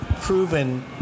proven